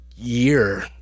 Year